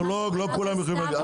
למרלו"ג לא כולם יכולים להגיע.